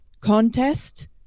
contest